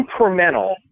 incremental